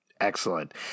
Excellent